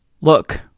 Look